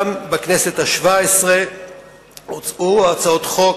גם בכנסת השבע-עשרה הוצעו הצעות חוק,